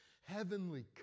heavenly